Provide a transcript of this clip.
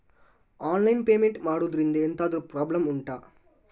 online payment ಮಾಡುದ್ರಿಂದ ಎಂತಾದ್ರೂ problem ಉಂಟಾ